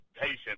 patient